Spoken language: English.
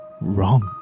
wrong